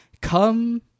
come